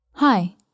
Hi